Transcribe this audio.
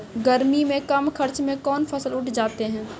गर्मी मे कम खर्च मे कौन फसल उठ जाते हैं?